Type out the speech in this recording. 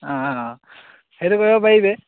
অঁ অঁ সেইটো কৰিব পাৰি বে